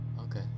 Okay